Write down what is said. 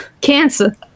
Cancer